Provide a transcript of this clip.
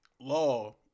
law